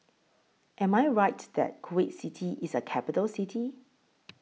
Am I Right that Kuwait City IS A Capital City